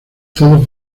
todos